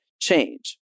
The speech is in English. change